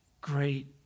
great